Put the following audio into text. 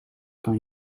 kan